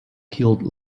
killed